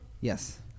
Yes